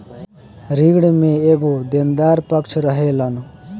ऋण में एगो देनदार पक्ष रहेलन